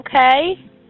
Okay